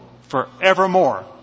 forevermore